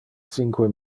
cinque